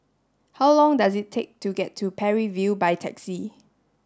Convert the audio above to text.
how long does it take to get to Parry View by taxi